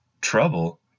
Trouble